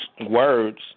words